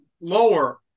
lower